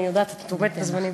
אני יודעת, את עומדת בזמנים.